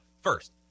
first